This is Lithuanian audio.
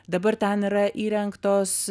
dabar ten yra įrengtos